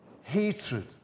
hatred